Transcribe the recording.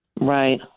right